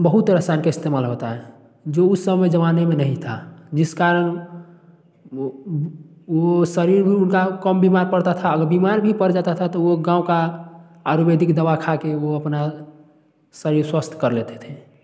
बहुत रसायन का इस्तेमाल होता है जो उस समय जमाने में नहीं था जिस कारण वो शरीर उनका कम बीमार पड़ता था अगर बीमार भी पड़ जाता था तो वो गाँव का आयुर्वेदिक दवा खा कर वो अपना शरीर स्वस्थ कर लेते थे